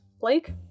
Blake